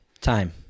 time